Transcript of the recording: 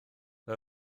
mae